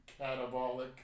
Catabolic